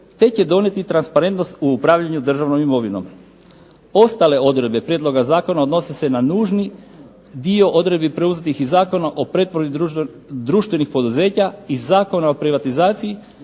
te će donijeti transparentnost u upravljanju državnom imovinom. Ostale odredbe prijedloga zakona odnose se na nužni dio odredbi preuzetih iz Zakona o pretvorbi društvenih poduzeća i Zakona o privatizaciji